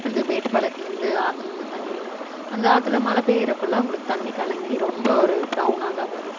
அந்த மேட்டுப்பாளையத்துலேந்து ஆற்றுலந்து தண்ணி வரும் அந்த ஆற்றில் மழை பெய்யர அப்போல்லாம் உங்களுக்கு தண்ணி கலங்கி ரொம்ப ஒரு பிரௌனாக தான் வரும்